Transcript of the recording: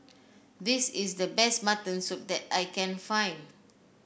this is the best Mutton Soup that I can find